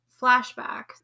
flashback